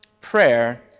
Prayer